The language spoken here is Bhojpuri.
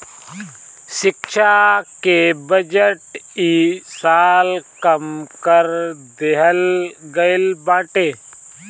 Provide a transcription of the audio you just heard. शिक्षा के बजट इ साल कम कर देहल गईल बाटे